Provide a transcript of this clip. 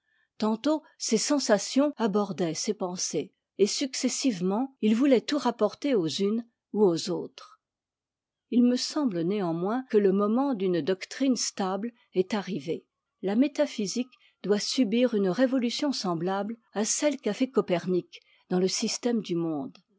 tantôt ses sensations absorbaient ses pensées et successivement il voulait tout rapporter aux unes ou aux autres il me semble néanmoins que le moment d'une doctrine stable est arrivé la métaphysique doit subir une révolution semblable à celle qu'a faite copernic dans te système du monde